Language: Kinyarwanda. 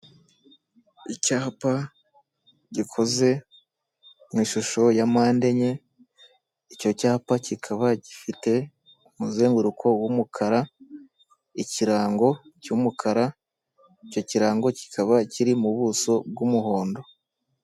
Icyapa gikoze mu ishusho ya mpande enye, icyo cyapa kikaba gifite umuzenguruko w'umukara, ikirango cy'umukara, icyo kirango kikaba kiri mu buso bw'umuhondo.